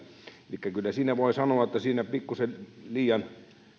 elikkä kyllä voi sanoa että siinä pikkuisen liian